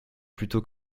plutôt